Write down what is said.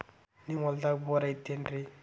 ನಿಮ್ಮ ಹೊಲ್ದಾಗ ಬೋರ್ ಐತೇನ್ರಿ?